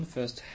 First